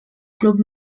club